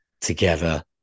together